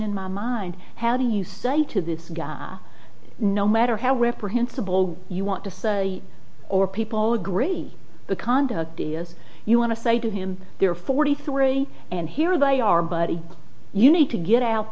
in my mind how do you say to this guy no matter how reprehensible you want to or people agree the conduct dia's you want to say to him you're forty three and here they are but you need to get out